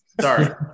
Sorry